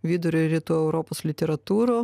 vidurio ir rytų europos literatūrų